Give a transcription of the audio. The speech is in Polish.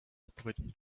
odpowiednim